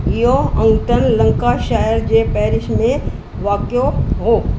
इहो Aughton Lancashire जे parish में वाकियो हो